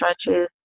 stretches